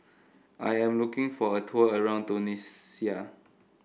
I am looking for a tour around Tunisia